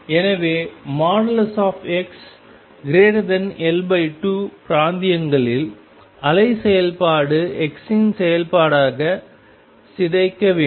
எனவே xL2 பிராந்தியங்களில் அலை செயல்பாடு x இன் செயல்பாடாக சிதைக்க வேண்டும்